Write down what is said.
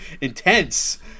intense